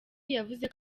yavuze